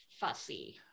fussy